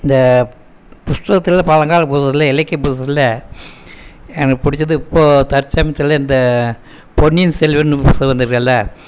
இந்த புஸ்தகத்தில் பழங்கால புஸ்தகத்திலே இலக்கிய புஸ்தத்தில் எனக்கு பிடிச்சது இப்போது தற்சமயத்தில் இந்த பொன்னியின் செல்வன் புஸ்தகம் வந்திருக்குல